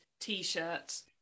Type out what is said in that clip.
T-shirts